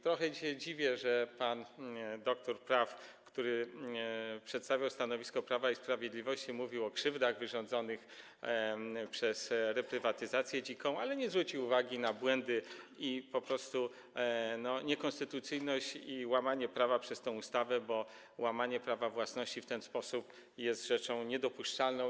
Trochę się dziwię, że pan doktor prawa, który przedstawiał stanowisko Prawa i Sprawiedliwości, mówił o krzywdach wyrządzonych przez dziką reprywatyzację, ale nie zwrócił uwagi na błędy, po prostu niekonstytucyjność i łamanie prawa przez tę ustawę, bo łamanie prawa własności w ten sposób jest rzeczą niedopuszczalną.